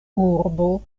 urbo